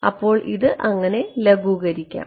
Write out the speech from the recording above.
അതിനാൽ ഇത് അങ്ങനെ ലഘൂകരിക്കുന്നു